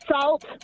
salt